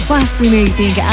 Fascinating